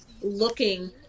looking